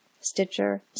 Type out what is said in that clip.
Stitcher